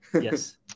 Yes